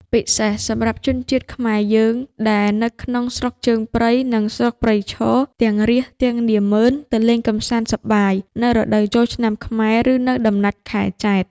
ពិសេស សម្រាប់ជនជាតិខ្មែរយើង ដែលនៅក្នុងស្រុកជើងព្រៃ និង ស្រុកព្រៃឈរ ទាំងរាស្ត្រ ទាំងនាម៉ឺន ទៅលេងកម្សាន្តសប្បាយ នៅរដូវចូលឆ្នាំខ្មែរ ឬ នៅដំណាច់ខែចេត្រ